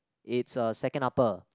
it's a second upper